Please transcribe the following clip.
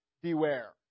beware